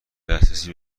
دسترسی